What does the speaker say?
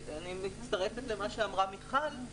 אני מצטרפת למה שאמרה מיכל,